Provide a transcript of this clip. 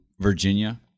Virginia